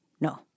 No